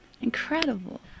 Incredible